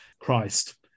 Christ